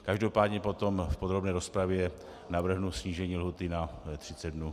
Každopádně potom v podrobné rozpravě navrhnu snížení lhůty na 30 dnů.